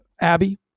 Abby